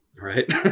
Right